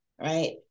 right